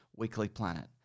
weeklyplanet